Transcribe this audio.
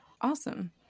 Awesome